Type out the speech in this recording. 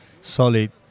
solid